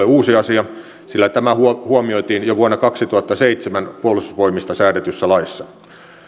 uusi asia sillä tämä huomioitiin jo vuonna kaksituhattaseitsemän puolustusvoimista säädetyssä laissa